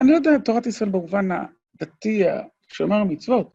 אני לא יודע את תורת ישראל במובן הדתי, שומר המצוות.